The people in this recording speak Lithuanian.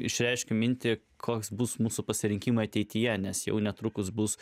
išreiškė mintį koks bus mūsų pasirinkimą ateityje nes jau netrukus bus